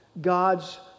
God's